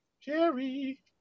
Jerry